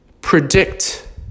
predict